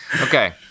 Okay